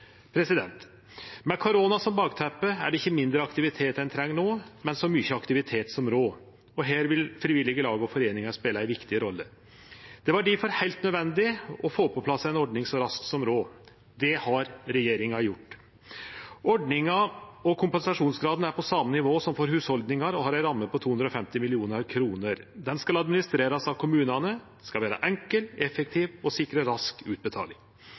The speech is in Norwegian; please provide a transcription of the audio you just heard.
Med korona som bakteppe er det ikkje mindre aktivitet ein treng no, men så mykje aktivitet som råd. Her vil frivillige lag og foreiningar spele ei viktig rolle. Det var difor heilt nødvendig å få på plass ei ordning så raskt som råd. Det har regjeringa gjort. Ordninga og kompensasjonsgraden er på same nivå som for hushald og har ei ramme på 250 mill. kr. Den skal administrerast av kommunane, og den skal vere enkel, effektiv og sikre rask utbetaling.